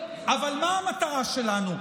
אבל מה המטרה שלנו,